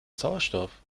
sauerstoff